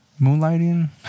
moonlighting